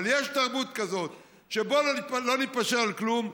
אבל יש תרבות כזאת של "בוא לא נתפשר על כלום,